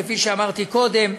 כפי שאמרתי קודם,